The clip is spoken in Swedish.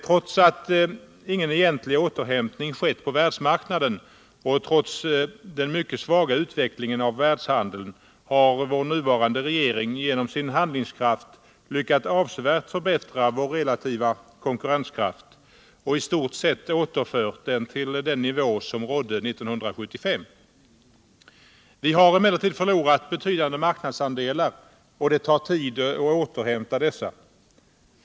Trots att ingen egentlig återhämtning skett på världsmarknaden och trots den mycket svaga utvecklingen av världshandeln har vår nuvarande regering genom sin handlingskraft lyckats avsevärt förbättra vår relativa konkurrenskraft och i stort sett återfört den till den nivå som rådde 1975. Vi har emellertid förlorat betydande marknadsandelar, och det tar tid att återhämta dessa.